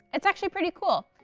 it's actually pretty cool!